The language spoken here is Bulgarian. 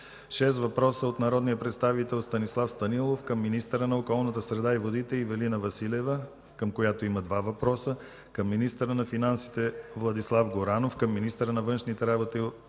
шест въпроса от народния представител Станислав Станилов към министъра на околната среда и водите Ивелина Василева, към която има два въпроса, към министъра на финансите Владислав Горанов, към министъра на външните работи